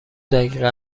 دقیقه